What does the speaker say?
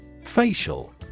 Facial